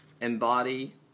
Embody